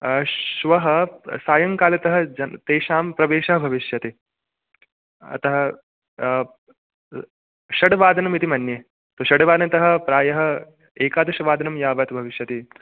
श्वः सायङ्कालतः जन् तेषां प्रवेशः भविष्यति अतः षड् वादनमिति मन्ये षड् वादनतः प्रायः एकादशवादनं यावत् भविष्यति